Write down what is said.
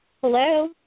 Hello